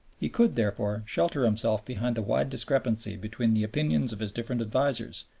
he could, therefore, shelter himself behind the wide discrepancy between the opinions of his different advisers,